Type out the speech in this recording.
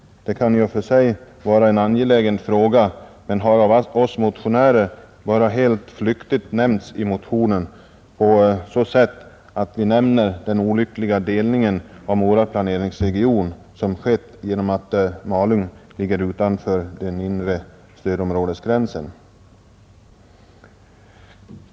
Detta kan i och för sig vara en angelägen fråga men har av oss motionärer bara helt flyktigt nämnts i motionen på så sätt att vi nämner den olyckliga delning av Mora planeringsregion som skett genom att Malung ligger utanför den inre stödområdesgränsen.